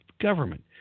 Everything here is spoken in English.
government